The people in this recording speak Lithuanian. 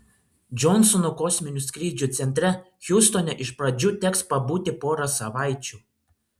džonsono kosminių skrydžių centre hjustone iš pradžių teks pabūti porą savaičių